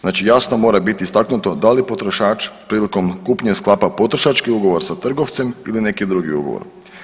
Znači, jasno mora biti istaknuto da li potrošač prilikom kupnje sklapa potrošački ugovor sa trgovcem ili neki drugi ugovor.